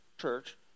church